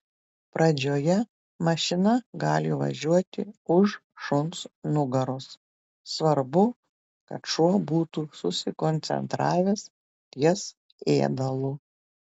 pradžioje mašina gali važiuoti už šuns nugaros svarbu kad šuo būtų susikoncentravęs ties ėdalu